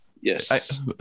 Yes